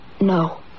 No